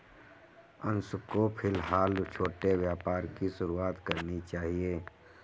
अंशु को फिलहाल छोटे व्यापार की शुरुआत करनी चाहिए